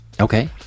Okay